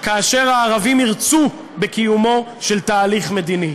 כאשר הערבים ירצו בקיומו של תהליך מדיני.